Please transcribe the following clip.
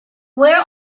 where